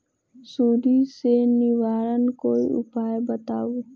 सुडी से निवारक कोई उपाय बताऊँ?